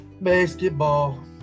Basketball